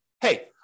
hey